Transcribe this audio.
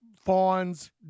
fawns